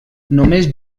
només